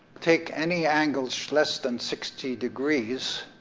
take any angles less than sixty degrees,